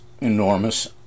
enormous